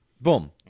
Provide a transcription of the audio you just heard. Boom